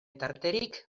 tarterik